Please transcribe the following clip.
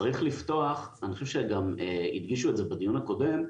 צריך לפתוח ואני חושב שגם דיברו על זה פה בדיון הקודם,